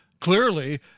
Clearly